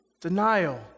denial